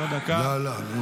לא, לא.